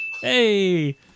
Hey